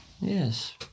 yes